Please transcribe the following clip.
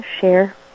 share